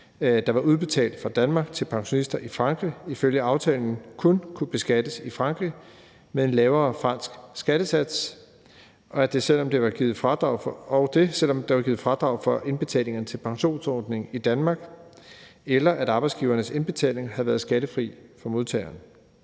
der var udbetalt fra Danmark til pensionister i Frankrig, ifølge aftalen kun kunne beskattes i Frankrig med en lavere fransk skattesats, og det, selv om der var givet fradrag for indbetalingerne til pensionsordningen i Danmark eller arbejdsgivernes indbetaling havde været skattefri for modtageren.